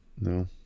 no